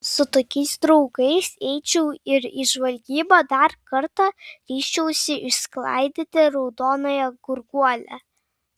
su tokiais draugais eičiau ir į žvalgybą dar kartą ryžčiausi išsklaidyti raudonąją gurguolę